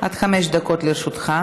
הם אנשים שלא היה להם הסדר קודם, והם הצטרפו